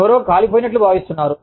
ఎవరో కాలిపోయినట్లు భావిస్తున్నారు